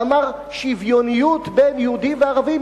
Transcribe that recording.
שאמר: שוויוניות בין יהודים וערבים.